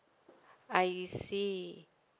I see